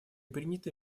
приняты